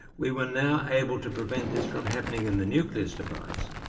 we were now able to prevent this from happening in the nucleus device,